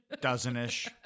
Dozen-ish